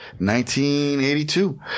1982